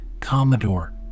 Commodore